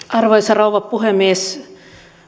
arvoisa rouva puhemies